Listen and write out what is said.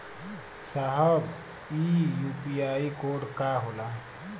साहब इ UPI code का होला?